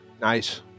nice